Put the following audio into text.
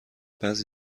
بعضی